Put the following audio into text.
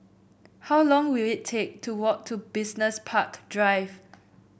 how long will it take to walk to Business Park Drive